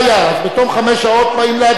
אז בתום חמש שעות באים להצביע.